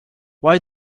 why